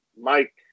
mike